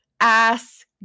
ass